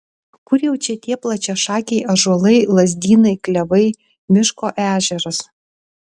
kur jau čia tie plačiašakiai ąžuolai lazdynai klevai miško ežeras